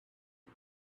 own